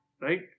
Right